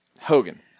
Hogan